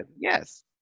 Yes